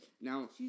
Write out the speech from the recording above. Now